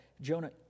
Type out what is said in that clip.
Jonah